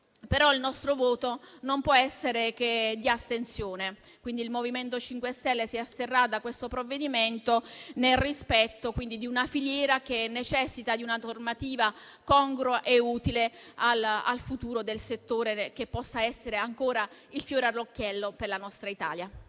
però il nostro voto non può essere che di astensione. Il MoVimento 5 Stelle si asterrà quindi su questo provvedimento, nel rispetto di una filiera che necessita di una normativa congrua e utile al futuro del settore, affinché questo possa essere ancora un fiore all'occhiello per la nostra Italia.